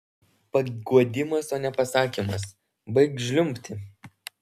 paguodimas o ne pasakymas baik žliumbti